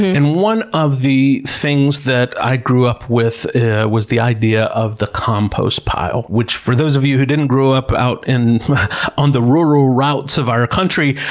and one of the things that i grew up with was the idea of the compost pile. which, for those of you who didn't grow up out in the rural routes of our country,